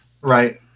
Right